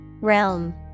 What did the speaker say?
Realm